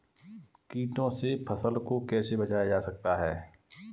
कीटों से फसल को कैसे बचाया जा सकता है?